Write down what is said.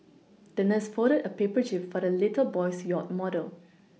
the nurse folded a paper jib for the little boy's yacht model